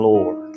Lord